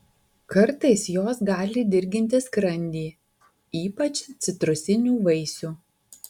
kartais jos gali dirginti skrandį ypač citrusinių vaisių